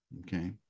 Okay